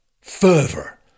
fervor